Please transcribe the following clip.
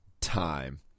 time